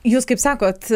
jūs kaip sakot